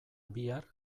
bihar